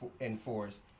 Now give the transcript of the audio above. enforced